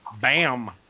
Bam